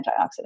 antioxidant